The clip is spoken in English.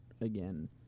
again